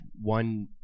one